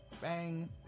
bang